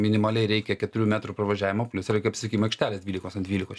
minimaliai reikia keturių metrų pravažiavimo plius apsisukimo aikštelės dvylikos ant dvylikos